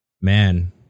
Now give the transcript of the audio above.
Man